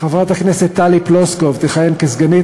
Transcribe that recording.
חברת הכנסת טלי פלוסקוב תכהן כסגנית